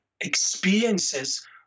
experiences